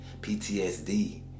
PTSD